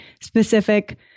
specific